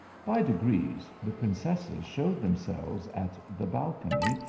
by degrees the princesses showed themselves at the balcony,